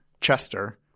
Chester